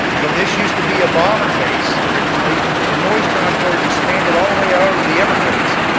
when this used to be a bomber base, originally, the noise contours expanded all the way over the everglades.